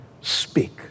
speak